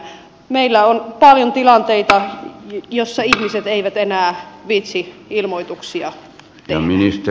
meillä on paljon tilanteita joissa ihmiset eivät enää viitsi ilmoituksia tehdä